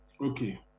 Okay